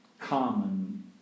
common